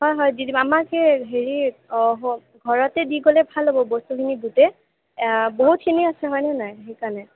হয় হয় দি দিব আমাৰ হে হেৰি অঁ হয় ঘৰতে দি গ'লে ভাল হ'ব বস্তুখিনি বহুতখিনি আছে হয়নে নাই সেইকাৰণে